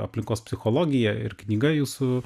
aplinkos psichologiją ir knyga jūsų